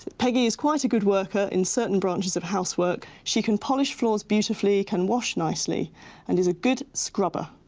peggy is quite a good worker in certain branches of housework. she can polish floors beautifully, can wash nicely and is a good scrubber,